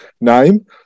name